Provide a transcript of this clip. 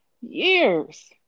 Years